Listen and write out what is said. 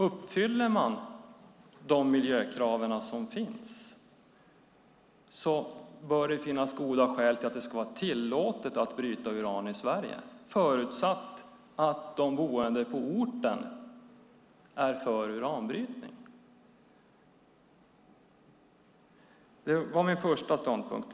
Uppfyller man de miljökrav som finns bör det finnas goda skäl för att det ska vara tillåtet att bryta uran i Sverige, förutsatt att de boende på orten är för uranbrytning. Det var min första ståndpunkt.